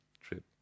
trip